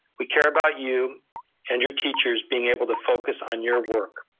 we care about you and your teachers being able to focus on your work.